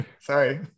Sorry